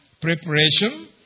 preparation